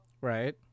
Right